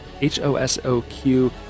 H-O-S-O-Q